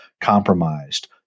compromised